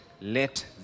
Let